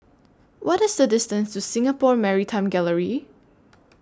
What IS The distance to Singapore Maritime Gallery